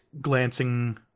glancing